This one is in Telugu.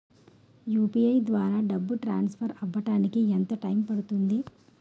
యు.పి.ఐ ద్వారా డబ్బు ట్రాన్సఫర్ అవ్వడానికి ఎంత టైం పడుతుంది?